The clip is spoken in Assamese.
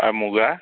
আৰু মূগা